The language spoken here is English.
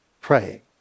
praying